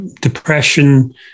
depression